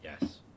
Yes